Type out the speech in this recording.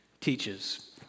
teaches